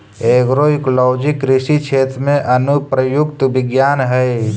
agroecology कृषि क्षेत्र में अनुप्रयुक्त विज्ञान हइ